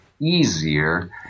easier